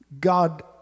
God